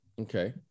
Okay